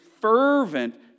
fervent